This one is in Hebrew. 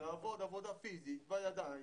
לעבוד עבודה פיזית, בידיים,